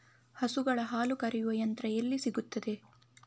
ಹಸುಗಳ ಹಾಲು ಕರೆಯುವ ಯಂತ್ರ ಎಲ್ಲಿ ಸಿಗುತ್ತದೆ?